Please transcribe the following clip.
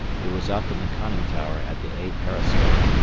who was up in the conning tower at the a periscope,